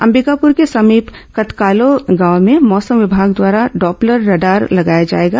अंबिकापुर के समीप कतकालो गांव में मौसम विभाग द्वारा डॉप्लर राडार लगाया जाएगा